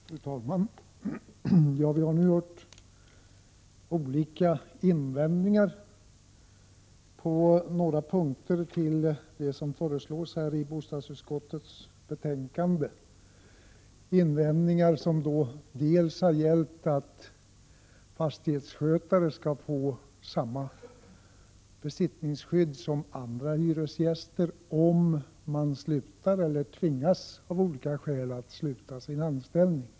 Fru talman! Vi har hört olika invändningar mot det som föreslås i bostadsutskottets betänkande, bl.a. mot att fastighetsskötaren skall få samma besittningsskydd som andra hyresgäster, om han slutar eller av olika skäl tvingas sluta sin anställning.